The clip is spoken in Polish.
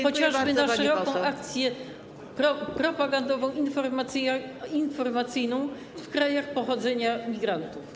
chociażby na szeroką akcję propagandowo-informacyjną w krajach pochodzenia migrantów.